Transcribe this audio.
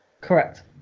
correct